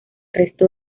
resto